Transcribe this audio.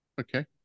Okay